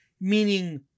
Meaning